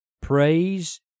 Praise